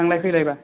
थांलाय फैलाय बा